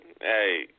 Hey